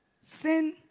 Sin